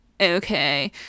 Okay